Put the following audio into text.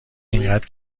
اینقد